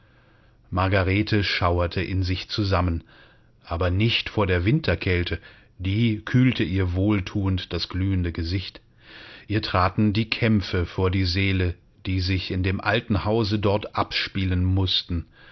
margarete schauerte in sich zusammen aber nicht vor der winterkälte die kühlte ihr wohlthuend das glühende gesicht ihr traten die kämpfe vor die seele die sich in dem alten hause dort abspielen mußten